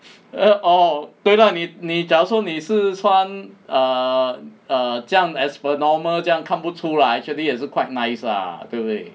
err orh 对 lah 你你假如说你是穿 err 这样 as per normal 这样看不出来 lah actually 也是 quite nice ah 对不对